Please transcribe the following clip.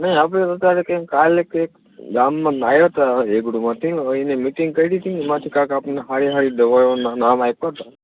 નહીં આપણે તો અત્યારે કંઈક કાલે કંઈક ગામમાં આવ્યા હતા વેગળમાંથી અને મીટિંગ કરી હતી અને એમાંથી કંઈક આપણને સારી સારી દવાઓનાં નામ આપ્યા હતા